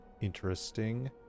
interesting